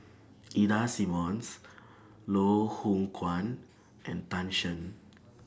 Ida Simmons Loh Hoong Kwan and Tan Shen